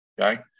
Okay